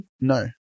No